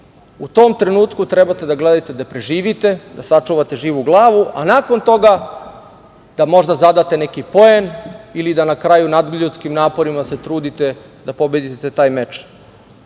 u tom trenutku trebate da gledate da preživite, da sačuvate živu glavu, a nakon toga da možda zadate neki poen i da se na kraju nadljudskim naporima trudite da pobedite taj meč.